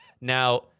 Now